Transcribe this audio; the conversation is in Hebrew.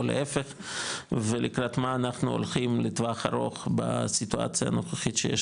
או להיפך ולקראת מה אנחנו הולכים לטווח ארוך בסיטואציה הנוכחית שיש